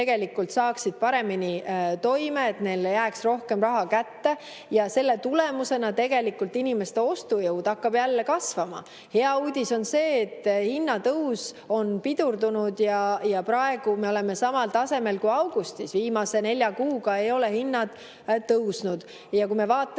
tuleksid paremini toime, et neile jääks rohkem raha kätte. Ja selle tulemusena inimeste ostujõud hakkab jälle kasvama. Hea uudis on see, et hinnatõus on pidurdunud ja praegu me oleme samal tasemel kui augustis. Viimase nelja kuuga ei ole hinnad tõusnud. Ja kui me vaatame